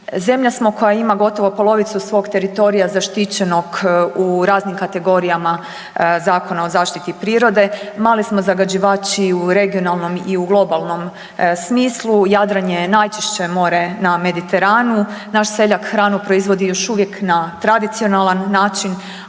Zemlja smo koja ima gotovo polovicu svog teritorija zaštićenog u raznim kategorijama Zakona o zaštiti prirode, mali smo zagađivači u regionalnom i u globalnom smislu, Jadran je najčišće more na Mediteranu. Naš seljak hranu proizvodi još uvijek na tradicionalan način,